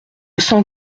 sens